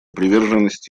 приверженность